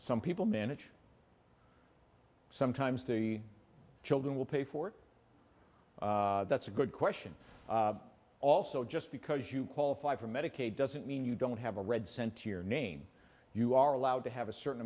some people manage sometimes the children will pay for it that's a good question also just because you qualify for medicaid doesn't mean you don't have a red cent to your name you are allowed to have a certain